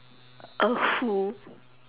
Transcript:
uh who